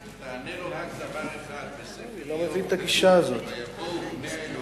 תענה לו רק דבר אחד: בספר איוב כתוב: ויבואו בני האלוהים,